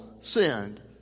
sinned